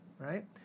Right